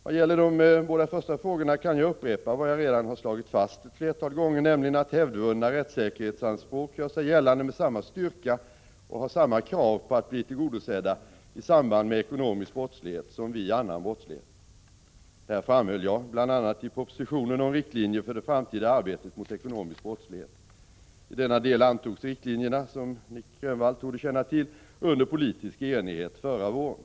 Vad gäller de båda första frågorna kan jag upprepa vad jag redan slagit fast ett flertal gånger, nämligen att hävdvunna rättssäkerhetsanspråk gör sig gällande med samma styrka och har samma krav på att bli tillgodosedda i samband med ekonomisk brottslighet som vid annan brottslighet. Detta som kampmedel mot skattebrott framhöll jag bl.a. i propositionen om riktlinjer för det framtida arbetet mot ekonomisk brottslighet. I denna del antogs riktlinjerna —som Nic Grönvall torde känna till — under politisk enighet förra våren.